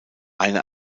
eine